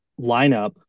lineup